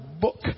book